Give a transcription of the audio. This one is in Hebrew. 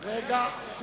הוא